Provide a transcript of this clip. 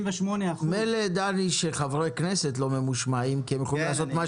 78%. מילא שחברי הכנסת לא ממושמעים כי הם יכולים לעשות את מה